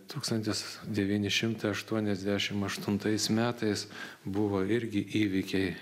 tūkstantis devyni šimtai aštuoniasdešim aštuntais metais buvo irgi įvykiai